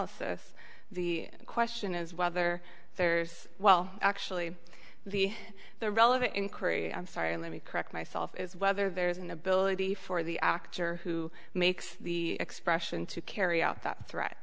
is the question is whether there's well actually the the relevant in korea i'm sorry let me correct myself is whether there is an ability for the actor who makes the expression to carry out that threat